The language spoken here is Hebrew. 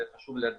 זה חשוב להדגיש,